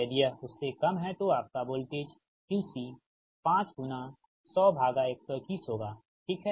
यदि यह उससे कम है तो आपका वोल्टेज QC 5 100121होगा ठीक है